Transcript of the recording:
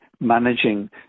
managing